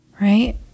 Right